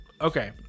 Okay